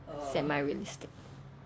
semi realistic